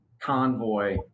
convoy